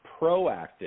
proactive